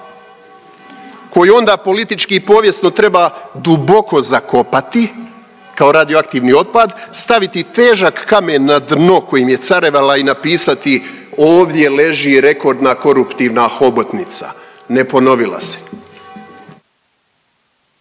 Koji onda politički i povijesno treba duboko zakopati kao radioaktivni otpad, staviti težak kamen na dno kojim je carevala i napisati ovdje leži rekordna koruptivna hobotnica, ne ponovilo se.